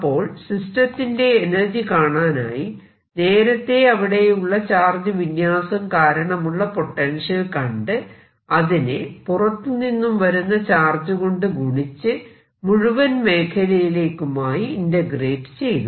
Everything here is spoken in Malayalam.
അപ്പോൾ സിസ്റ്റത്തിന്റെ എനർജി കാണാനായി നേരത്തെ അവിടെയുള്ള ചാർജ് വിന്യാസം കാരണമുള്ള പൊട്ടെൻഷ്യൽ കണ്ട് അതിനെ പുറത്തുനിന്നും വരുന്ന ചാർജ് കൊണ്ട് ഗുണിച്ചു മുഴുവൻ മേഖലയിലേക്കുമായി ഇന്റഗ്രേറ്റ് ചെയ്തു